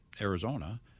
Arizona